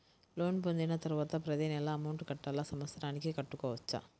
Loan పొందిన తరువాత ప్రతి నెల అమౌంట్ కట్టాలా? సంవత్సరానికి కట్టుకోవచ్చా?